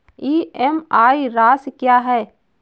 EMI राशि क्या है?